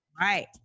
Right